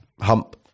Hump